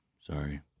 sorry